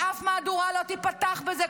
ואף מהדורה לא תיפתח בזה.